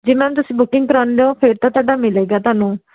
ਜੇ ਮੈਮ ਤੁਸੀਂ ਬੁਕਿੰਗ ਕਰਾਉਂਦੇ ਹੋ ਫਿਰ ਤਾਂ ਤੁਹਾਡਾ ਮਿਲੇਗਾ ਤੁਹਾਨੂੰ